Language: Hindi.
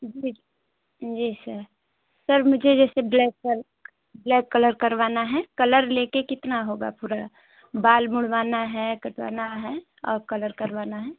जी जी जी सर सर मुझे जैसे ब्लैक कर ब्लैक कलर करवाना है कलर लेके कितना होगा पूरा बाल मुड़वाना है कटवाना है और कलर करवाना है